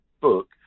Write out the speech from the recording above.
book